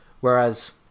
Whereas